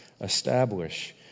establish